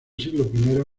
siglo